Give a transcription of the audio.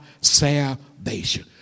salvation